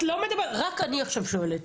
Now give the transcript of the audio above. את לא מדברת, רק אני עכשיו שואלת.